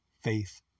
faith